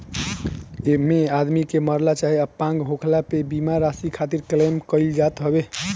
एमे आदमी के मरला चाहे अपंग होखला पे बीमा राशि खातिर क्लेम कईल जात हवे